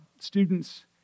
students